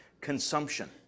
consumption